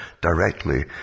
directly